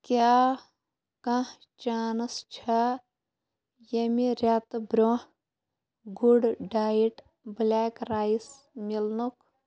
کیٛاہ کانٛہہ چانٕس چھےٚ ییٚمہِ رٮ۪تہٕ برٛونٛہہ گُڈ ڈایِٹ بٕلیک رایس مِلنُک